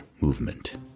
movement